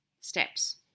steps